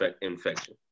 infection